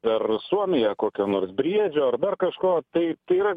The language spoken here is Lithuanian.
per suomiją kokio nors briedžio ar dar kažko tai tai yra